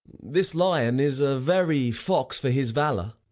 this lion is a very fox for his valour.